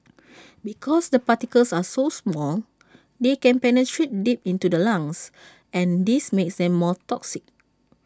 because the particles are so small they can penetrate deep into the lungs and this makes them more toxic